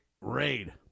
raid